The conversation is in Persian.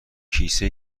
کیسه